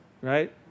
right